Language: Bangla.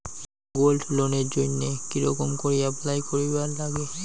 গোল্ড লোনের জইন্যে কি রকম করি অ্যাপ্লাই করিবার লাগে?